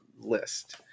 list